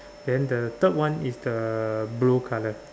then the third one is the blue colour